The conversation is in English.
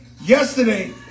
Yesterday